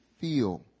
feel